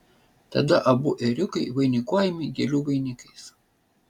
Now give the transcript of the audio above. tada abu ėriukai vainikuojami gėlių vainikais